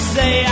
say